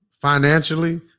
financially